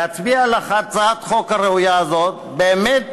להצביע על הצעת החוק הראויה הזאת, באמת